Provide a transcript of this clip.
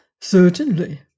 Certainly